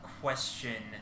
question